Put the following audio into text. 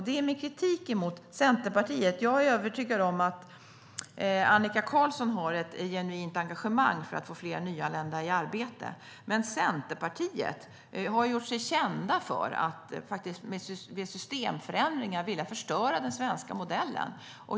Det är min kritik mot Centerpartiet. Jag är övertygad om att Annika Qarlsson har ett genuint engagemang för att få fler nyanlända i arbete. Men Centerpartiet har gjort sig känt för att med systemförändringar vilja förstöra den svenska modellen.